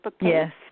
Yes